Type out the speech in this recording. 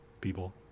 people